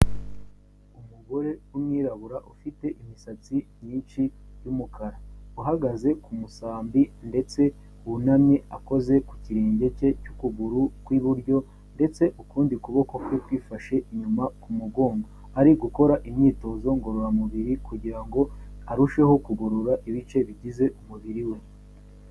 Umugore w'umwirabura ufite imisatsi myinshi y'umukara uhagaze ku musambi ndetse wunamye akoze ku kirenge cye cy'ukuguru kw'iburyo ndetse ukundi kuboko kwe kwifashe inyuma ku mugongo ari gukora imyitozo ngororamubiri kugira ngo arusheho kugorora ibice bigize umubiri we.